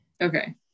Okay